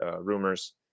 rumors